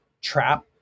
Trap